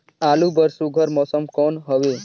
आलू बर सुघ्घर मौसम कौन हवे?